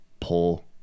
pull